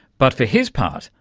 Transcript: but for his part,